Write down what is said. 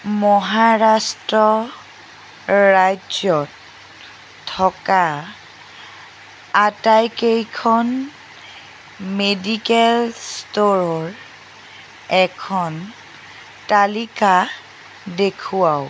মহাৰাষ্ট্ৰ ৰাজ্যত থকা আটাইকেইখন মেডিকেল ষ্ট'ৰৰ এখন তালিকা দেখুৱাওক